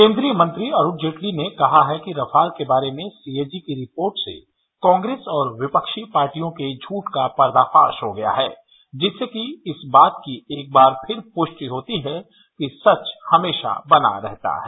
केंद्रीय मंत्री अरूण जेटली ने कहा है कि रफाल के बारे में सीएजी की रिपोर्ट से कांग्रेस और विपक्षी पार्टियों के झूठ का पर्दाफाश हो गया है जिससेकि इस बात की एक बार फिर पुष्टि होती है कि सच हमेशा बना रहता है